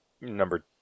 number